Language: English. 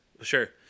Sure